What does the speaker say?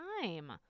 time